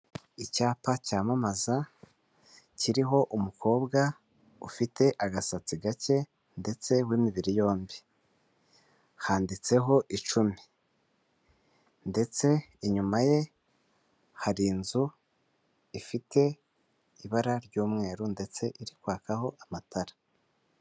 Icyapa cyamamaza kiriho umukobwa ufite agasatsi gake ndetse w'imibiri yombi, handitseho icumi, ndetse inyuma ye hari inzu ifite ibara ry'umweru ndetse iri kwakaho amatara.